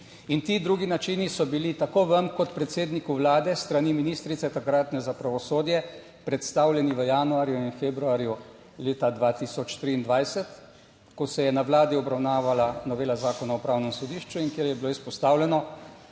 in ti drugi načini so bili tako vam kot predsedniku Vlade s strani ministrice takratne za pravosodje predstavljeni v januarju in februarju leta 2023, ko se je na Vladi obravnavala novela Zakona o upravnem sodišču in kjer je bilo izpostavljeno,